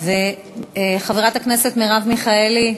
חברת הכנסת מרב מיכאלי,